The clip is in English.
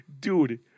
Dude